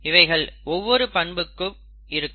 இவைகள் ஒவ்வொரு பண்புக்கும் இருக்கும்